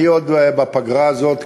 אני עוד בפגרה הזאת,